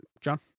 John